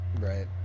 right